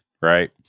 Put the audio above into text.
right